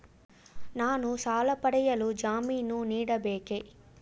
ನಾನು ಸಾಲ ಪಡೆಯಲು ಜಾಮೀನು ನೀಡಬೇಕೇ?